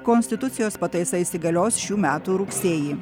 konstitucijos pataisa įsigalios šių metų rugsėjį